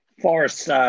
forest